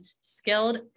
skilled